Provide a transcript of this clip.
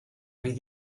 fydd